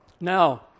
Now